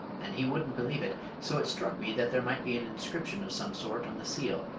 and he wouldn't believe it, so it struck me that there might be an inscription of some sort on the seal,